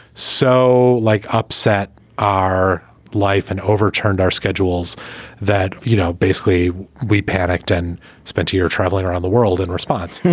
so like upset our life and overturned our schedules that, you know, basically we panicked and spent a year traveling around the world and response.